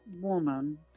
woman